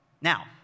Now